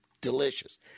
delicious